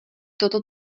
toto